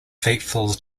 faithful